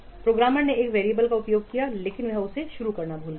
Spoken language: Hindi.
प्रोग्रामर ने एक वैरिएबल का उपयोग किया है लेकिन वह इसे शुरू करना भूल गया है